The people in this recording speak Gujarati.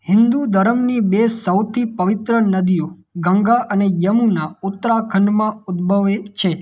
હિંદુ ધર્મની બે સૌથી પવિત્ર નદીઓ ગંગા અને યમુના ઉત્તરાખંડમાં ઉદ્દભવે છે